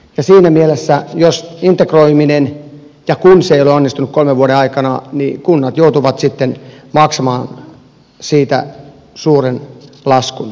tässä mielessä jos integroiminen että on se onnistuu kolme vuoden aikana yli kunnat joutuvat siten maksamaan siitä suuren laskun